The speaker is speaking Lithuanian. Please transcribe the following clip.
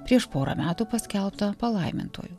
prieš porą metų paskelbtą palaimintuoju